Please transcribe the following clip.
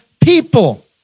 people